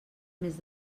més